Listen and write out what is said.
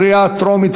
קריאה טרומית,